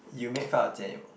you made fun of Jian-Yong